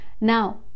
now